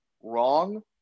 wrong